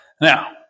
now